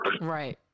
Right